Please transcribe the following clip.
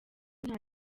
nta